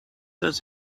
does